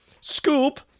Scoop